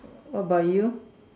what about you